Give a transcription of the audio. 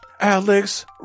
alex